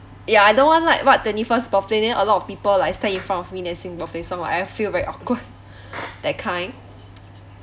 ya I don't want like what twenty first birthday then a lot of people like stand in front of me then sing birthday song I feel very awkward that kind